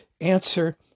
answer